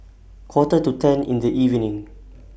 Quarter to ten in The evening